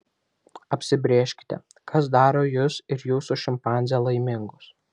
apsibrėžkite kas daro jus ir jūsų šimpanzę laimingus